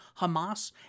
Hamas